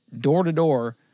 door-to-door